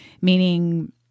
Meaning